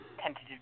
tentative